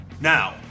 Now